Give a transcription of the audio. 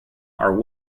are